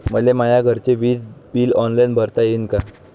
मले माया घरचे विज बिल ऑनलाईन भरता येईन का?